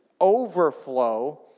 overflow